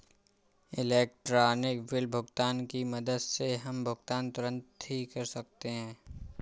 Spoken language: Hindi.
इलेक्ट्रॉनिक बिल भुगतान की मदद से हम भुगतान तुरंत ही कर सकते हैं